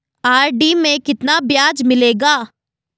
RD में कितना ब्याज मिलेगा?